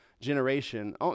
generation